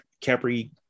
Capri